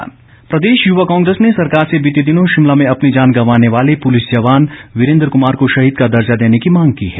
युवा कांग्रेस प्रदेश युवा कांग्रेस ने सरकार से बीते दिनों शिमला में अपनी जान गंवाने वाले पुलिस जवान वीरेन्द्र कुमार को शहीद का दर्जा देने की मांग की है